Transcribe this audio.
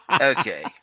Okay